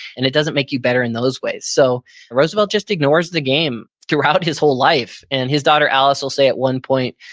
and it doesn't make you better in those ways. so roosevelt just ignores the game throughout his whole life, and his daughter alice will say at one point,